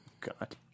God